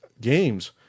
games